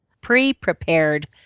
pre-prepared